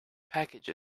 package